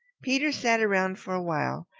peter sat around for a while,